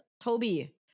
Toby